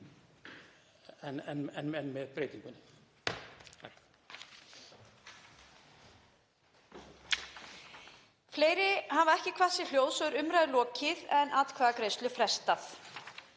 en með breytingunni.